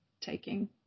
taking